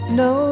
no